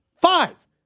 Five